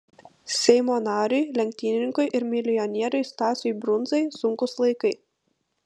seimo nariui lenktynininkui ir milijonieriui stasiui brundzai sunkūs laikai